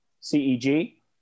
C-E-G